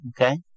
Okay